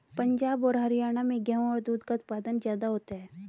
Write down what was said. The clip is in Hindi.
पंजाब और हरयाणा में गेहू और दूध का उत्पादन ज्यादा होता है